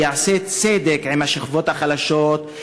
שיעשה צדק עם השכבות החלשות,